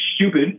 stupid